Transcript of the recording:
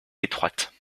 étroites